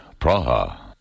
Praha